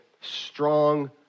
strong